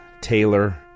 Taylor